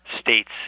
states